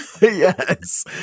yes